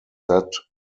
that